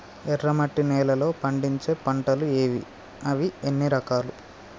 ఎర్రమట్టి నేలలో పండించే పంటలు ఏవి? అవి ఎన్ని రకాలు?